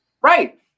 Right